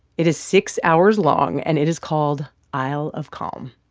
it is six hours long, and it is called isle of calm.